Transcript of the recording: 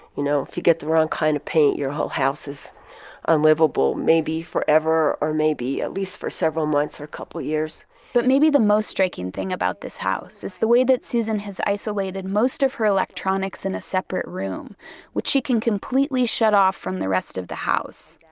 you know if you get the wrong kind of paint, you're whole house is unlivable maybe forever or maybe at least for several months or a couple of years but maybe the most striking thing about this house is the way that susan has isolated most of her electronics in a separate room which she can completely shut off from the rest of the house.